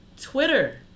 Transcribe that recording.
Twitter